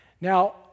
Now